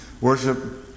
Worship